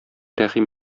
рәхим